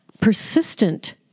persistent